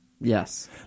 Yes